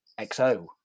XO